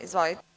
Izvolite.